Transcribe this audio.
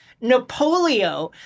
Napoleon